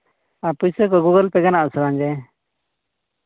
ᱟᱨ ᱯᱩᱭᱥᱟᱹ ᱠᱚ Google Pay ᱜᱟᱱᱚᱜ ᱟᱥᱮ ᱵᱟᱝ ᱜᱮ